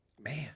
man